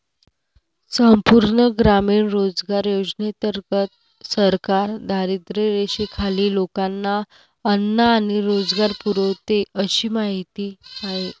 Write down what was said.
संपूर्ण ग्रामीण रोजगार योजनेंतर्गत सरकार दारिद्र्यरेषेखालील लोकांना अन्न आणि रोजगार पुरवते अशी माहिती आहे